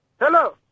Hello